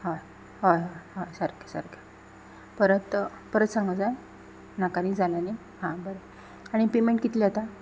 हय हय हय हय सारकें सारकें परत परत सांगो जाय नाका न्ही जालें न्ही हा बरें आनी पेमँट कितले जाता